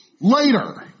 later